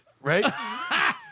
right